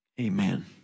Amen